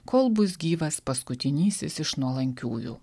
kol bus gyvas paskutinysis iš nuolankiųjų